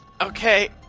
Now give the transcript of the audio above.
Okay